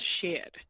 shared